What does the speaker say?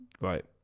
right